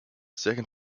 second